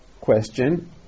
question